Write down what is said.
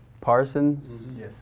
Parsons